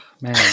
man